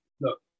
look